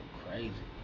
crazy